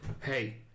Hey